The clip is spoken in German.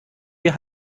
wir